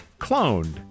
cloned